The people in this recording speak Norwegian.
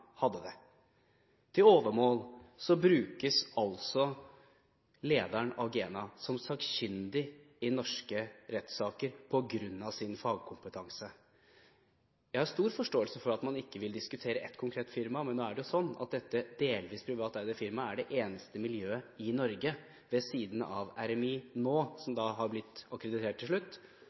som sakkyndig i norske rettssaker på grunn av sin fagkompetanse. Jeg har stor forståelse for at man ikke vil diskutere ett konkret firma. Men nå er det sånn at dette delvis privateide firmaet er det eneste miljøet i Norge – ved siden av RMI nå, som har blitt akkreditert til slutt